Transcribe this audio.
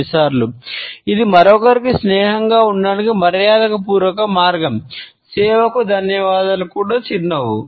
కొన్నిసార్లు ఇది మరొకరికి స్నేహంగా ఉండటానికి మర్యాదపూర్వక మార్గం సేవకు ధన్యవాదాలు కూడా చిరునవ్వు